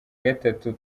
gatatu